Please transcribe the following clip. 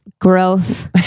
growth